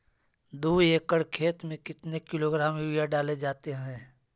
दू एकड़ खेत में कितने किलोग्राम यूरिया डाले जाते हैं?